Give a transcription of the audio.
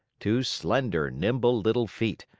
two slender, nimble little feet,